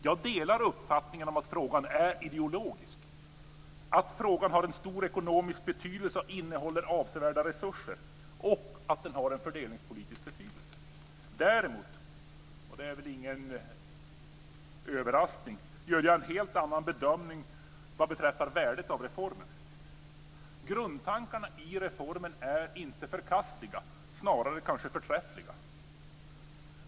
Jag delar uppfattningen om att frågan är ideologisk, att frågan har stor ekonomisk betydelse och innehåller avsevärda resurser och att den har en fördelningspolitisk betydelse. Däremot, och det är väl ingen överraskning, gör jag en helt annan bedömning vad beträffar värdet av reformen. Grundtankarna i reformen är inte förkastliga, snarare kanske förträffliga.